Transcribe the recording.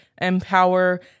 empower